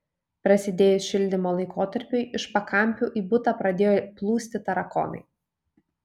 prasidėjus šildymo laikotarpiui iš pakampių į butą pradėjo plūsti tarakonai